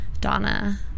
Donna